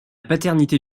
paternité